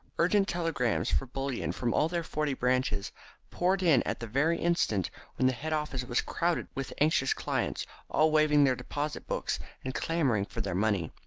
urgent telegrams for bullion from all their forty branches poured in at the very instant when the head office was crowded with anxious clients all waving their deposit-books, and clamouring for their money.